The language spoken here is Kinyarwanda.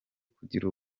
kugira